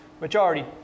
Majority